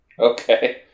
Okay